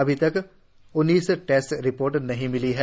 अभि तक उन्नीस टेस्ट रिपोर्ट नहीं मिलि है